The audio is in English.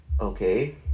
okay